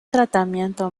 tratamiento